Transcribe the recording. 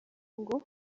ngo